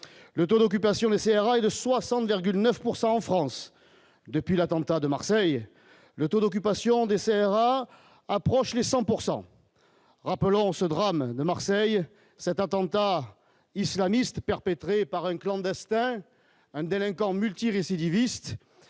le taux d'occupation des CRA est de 60,9 pourcent en France depuis l'attentat de Marseille, le taux d'occupation des CRA approche les 100 pourcent rappelons ce drame de Marseille 7 attentats islamistes perpétrés par un clandestin un délinquant multirécidiviste